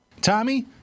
Tommy